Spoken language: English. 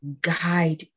guide